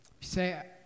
say